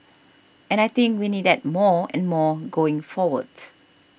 and I think we need that more and more going forward